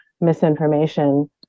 misinformation